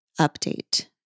update